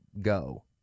go